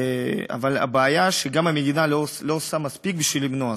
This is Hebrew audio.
אבל הבעיה היא שגם המדינה לא עושה מספיק למנוע זאת.